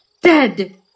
dead